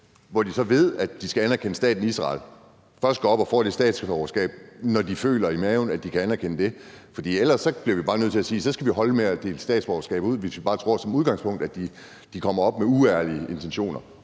hvor de så ved, at de skal anerkende staten Israel – først går op og får det statsborgerskab, når de føler i maven, at de kan anerkende det. Ellers bliver vi bare nødt til at sige, at vi skal holde op med at dele statsborgerskaber ud, hvis vi bare som udgangspunkt tror, at de kommer herop med uærlige intentioner